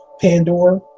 pandora